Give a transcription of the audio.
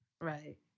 right